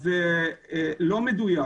זה לא מדויק.